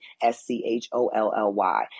S-C-H-O-L-L-Y